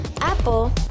apple